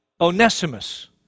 Onesimus